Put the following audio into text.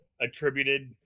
attributed